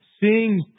Sing